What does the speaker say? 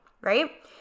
right